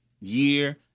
year